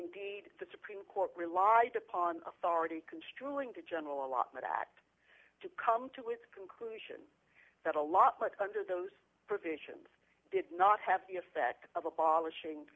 indeed the supreme court relied upon authority construing the general allotment act to come to its conclusion that a lot but under those provisions did not have the effect of abolishing